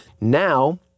Now